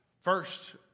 First